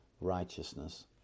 righteousness